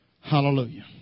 Hallelujah